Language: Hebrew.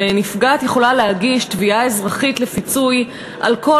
ונפגעת יכולה להגיש תביעה אזרחית לפיצוי על כל